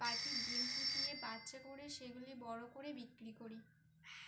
পাখির ডিম ফুটিয়ে বাচ্চা করে সেগুলি বড়ো করে বিক্রি করি